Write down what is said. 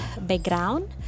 background